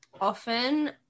often